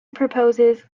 proposes